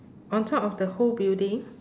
on top of the whole building